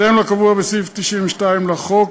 בהתאם לקבוע בסעיף 92 לחוק,